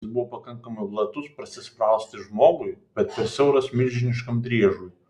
jis buvo pakankamai platus prasisprausti žmogui bet per siauras milžiniškam driežui